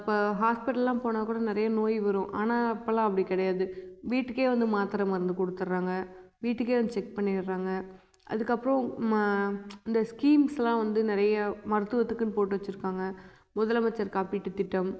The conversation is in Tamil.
இப்போ ஹாஸ்பிடல்லாம் போனால்கூட நிறைய நோய் வரும் ஆனால் இப்போல்லாம் அப்படி கிடையாது வீட்டுக்கே வந்து மாத்தரை மருந்து கொடுத்தட்றாங்க வீட்டுக்கே வந்து செக் பண்ணிடுறாங்க அதற்கப்பறோம் ம இந்த ஸ்கீம்ஸ்லாம் வந்து நிறையா மருத்துவத்துக்குன்னு போட்டு வச்சுருப்பாங்க முதலமைச்சர் காப்பீட்டுத் திட்டம்